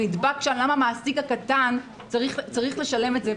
למה המעסיק הקטן צריך לשלם את זה.